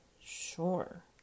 sure